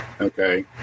Okay